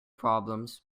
problems